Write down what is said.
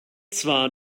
zwar